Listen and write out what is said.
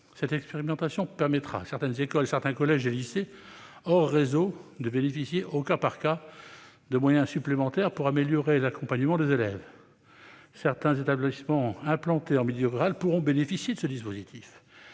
cette expérimentation permettra à certaines écoles, certains collèges et lycées, hors réseaux, de bénéficier au cas par cas de moyens supplémentaires, pour améliorer l'accompagnement des élèves. Certains établissements implantés en milieu rural pourront bénéficier de ce dispositif.